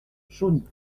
chauny